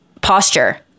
posture